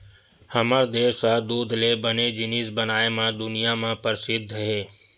हमर देस ह दूद ले बने जिनिस बनाए म दुनिया म परसिद्ध हे